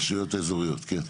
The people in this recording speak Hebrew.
הרשויות האזוריות, כן.